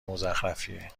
مزخرفیه